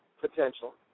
Potential